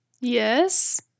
Yes